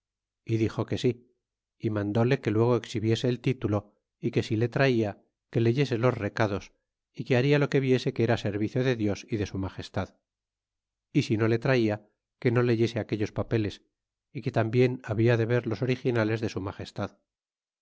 y dixo que si y mandúle que bregc exhibiese el título é que si le trata que leyese los recados é que haria lo que viese que era ser icio de dios é de su magestad y si no le traia que no leyese aquellos papeles ú que tambien habia de ver los originales de su magestad